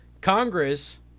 Congress